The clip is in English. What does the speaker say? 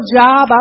job